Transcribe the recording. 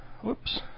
Whoops